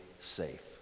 safe